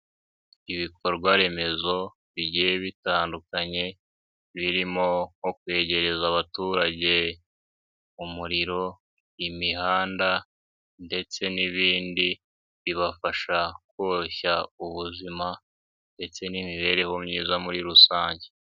Ibikorwa remezo bigiye bitandukanye, birimo nko kwegereza abaturage umuriro, imihanda, ndetse n'ibindi, bibafasha koroshya ubuzima ndetse n'imibereho myiza muri rusange.